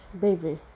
baby